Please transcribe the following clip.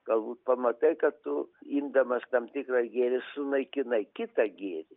galbūt pamatai kad tu imdamas tam tikrą gėrį sunaikinai kitą gėrį